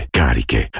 cariche